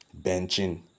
benching